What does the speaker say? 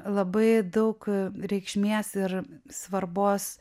labai daug reikšmės ir svarbos